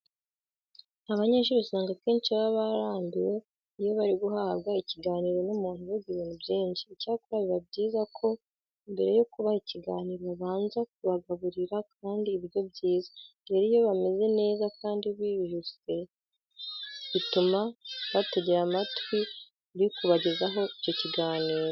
Abanyeshuri usanga akenshi baba barambiwe iyo bari guhabwa ikiganiro n'umuntu uvuga ibintu byinshi. Icyakora biba byiza ko mbere yo kubaha ibiganiro babanza kubagaburira kandi ibiryo byiza. Rero iyo bameze neza kandi bijuse bituma bategera amatwi uri kubagezaho icyo kiganiro.